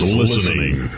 listening